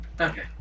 Okay